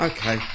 Okay